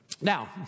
Now